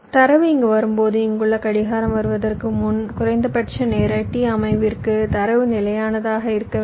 தரவு இங்கு வரும்போது இங்குள்ள கடிகாரம் வருவதற்கு முன்பு குறைந்தபட்ச நேர t அமைப்பிற்கு தரவு நிலையானதாக இருக்க வேண்டும்